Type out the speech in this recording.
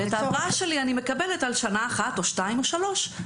ואת ההבראה שלי אני מקבלת על שנה אחת או שתיים או שלוש.